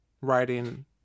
writing